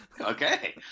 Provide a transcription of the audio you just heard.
Okay